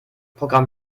programm